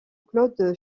claude